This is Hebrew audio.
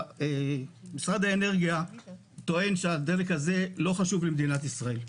משרד האנרגיה טוען שהדלק הזה לא חשוב למדינת ישראל.